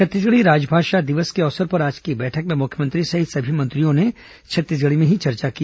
छत्तीसगढ़ी राजभाषा दिवस के अवसर पर आज की बैठक में मुख्यमंत्री सहित सभी मंत्रियों ने छत्तीसगढ़ी में ही चर्चा की